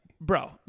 bro